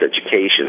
education